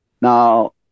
Now